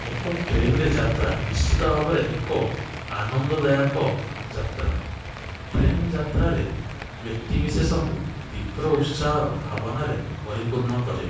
ଏକ ଟ୍ରେନରେ ଯାତ୍ରା ନିଶ୍ଚିତ ଭାବରେ ଏକ ଆନନ୍ଦଦାୟକ ଯାତ୍ରା ଟ୍ରେନ ଯାତ୍ରାରେ ବ୍ୟକ୍ତିବିଶେଷଙ୍କୁ ତୀବ୍ର ଉତ୍ସାହର ଭାବନାରେ ପରିପୂର୍ଣ୍ଣ କରେ